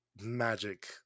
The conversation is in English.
magic